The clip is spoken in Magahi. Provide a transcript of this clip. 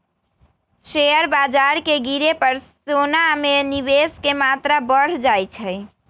शेयर बाजार के गिरे पर सोना में निवेश के मत्रा बढ़ जाइ छइ